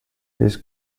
his